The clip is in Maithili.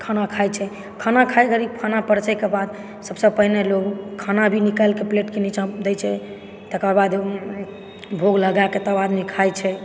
खाना खाइ छै खाना खाए घड़ी खाना परसयके बाद सबसँ पहिने लोग खाना भी निकालि कऽ प्लेटके नीचाँ दै छै तकर बाद भोग लगाकऽ तब आदमी खाइ छै